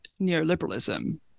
neoliberalism